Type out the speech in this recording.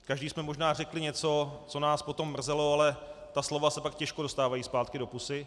Každý jsme možná řekli něco, co nás potom mrzelo, ale ta slova se pak těžko dostávají zpátky do pusy.